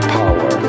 power